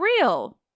real